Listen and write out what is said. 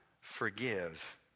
forgive